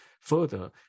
further